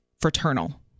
fraternal